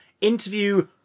interview